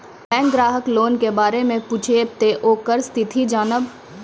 Bank ग्राहक loan के बारे मैं पुछेब ते ओकर स्थिति जॉनब?